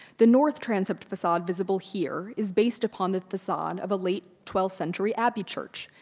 the north transept facade visible here is based upon the facade of a late twelfth century abbey church.